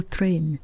Train